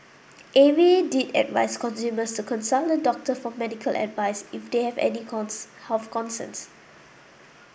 A V did advice consumers to consult a doctor for medical advice if they have any health concerns